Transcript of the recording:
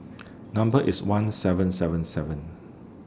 Number IS one seven seven seven